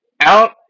out